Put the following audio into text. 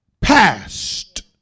past